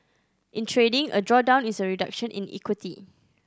in trading a drawdown is a reduction in equity